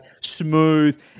smooth